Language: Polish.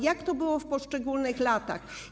Jak to było w poszczególnych latach?